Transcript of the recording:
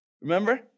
Remember